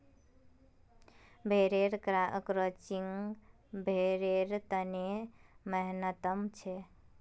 भेड़ेर क्रचिंग भेड़ेर तने सेहतमंद छे